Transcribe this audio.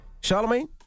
Charlemagne